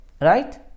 right